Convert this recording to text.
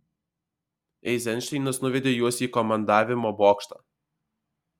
eizenšteinas nuvedė juos į komandavimo bokštą